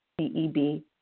CEB